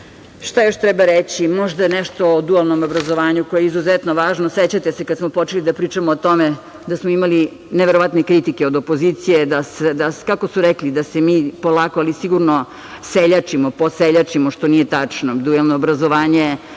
još treba reći? Možda nešto o dualnom obrazovanju, koje je izuzetno važno. Sećate se kada smo počeli da pričamo o tome da smo imali neverovatne kritike od opozicije, kako su rekli, da se mi polako ali sigurno seljačimo, poseljačimo, što nije tačno. Dualno obrazovanje